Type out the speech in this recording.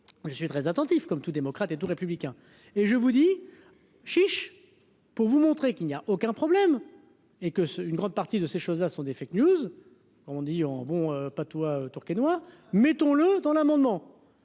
Je suis très attentif comme tout démocrate et tout républicain et je vous dis chiche pour vous montrer qu'il n'y a aucun problème et que c'est une grande partie de ces choses-là sont défectueuses. Comme on dit en bon patois. Et mettons le dans l'amendement.